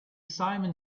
simum